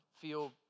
feel